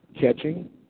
Catching